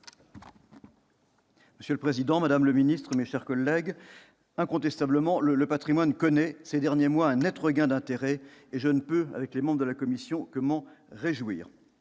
Monsieur le président, madame la ministre, mes chers collègues, incontestablement, le patrimoine connaît, ces derniers mois, un net regain d'intérêt ; les membres de la commission et moi-même